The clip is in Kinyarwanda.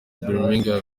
birmingham